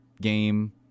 game